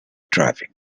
driving